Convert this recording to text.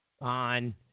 on